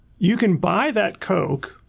you can buy that coke,